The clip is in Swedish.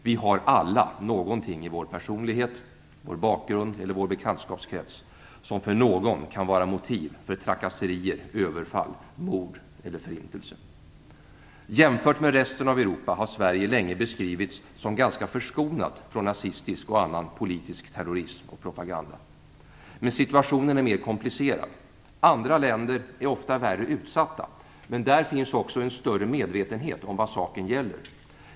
Vi har alla någonting i vår personlighet, vår bakgrund eller vår bekantskapskrets som för någon kan vara motiv för trakasserier, överfall, mord eller förintelse. Jämfört med resten av Europa har Sverige länge beskrivits som ganska förskonat från nazistisk och annan politisk terrorism och propaganda. Men situationen är mer komplicerad. Andra länder är ofta värre utsatta, men där finns också en större medvetenhet om vad saken gäller.